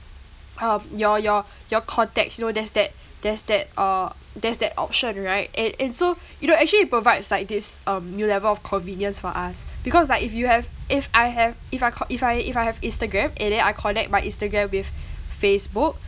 um your your your contacts you know there's that there's that uh there's that option right and and so you know actually it provides like this um new level of convenience for us because like if you have if I have if I co~ if I if I have instagram and then I connect my instagram with facebook